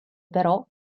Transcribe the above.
però